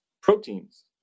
proteins